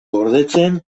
gordetzen